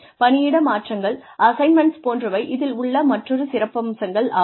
பணியிட மாற்றங்கள் அசைன்மெண்ட்ஸ் போன்றவை இதில் உள்ள மற்றொரு சிறப்பம்சங்கள் ஆகும்